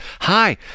Hi